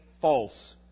false